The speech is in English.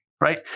Right